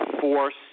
force